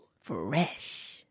Fresh